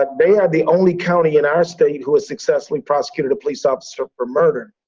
but they are the only county in our state who has successfully prosecuted a police officer for murder.